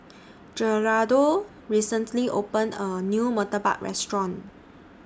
Gerardo recently opened A New Murtabak Restaurant